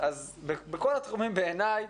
בכל התחומים בעיניי,